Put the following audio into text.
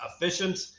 efficient